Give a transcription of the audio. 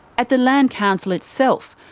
at the land council itself,